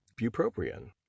bupropion